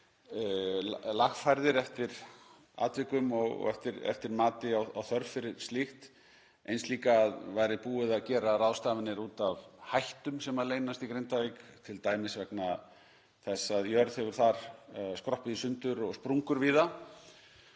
verið lagfærðir eftir atvikum og eftir mati á þörf fyrir slíkt. Eins líka að búið væri að gera ráðstafanir út af hættum sem leynast í Grindavík, t.d. vegna þess að jörð hefur þar skroppið í sundur og sprungur víða.